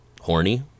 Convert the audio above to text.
horny